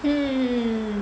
mm